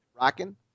rocking